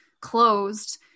closed